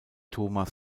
thomas